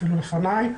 אפילו לפניי.